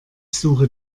suche